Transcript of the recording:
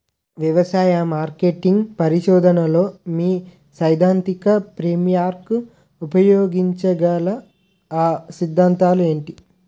వ్యవసాయ మార్కెటింగ్ పరిశోధనలో మీ సైదాంతిక ఫ్రేమ్వర్క్ ఉపయోగించగల అ సిద్ధాంతాలు ఏంటి?